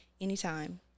anytime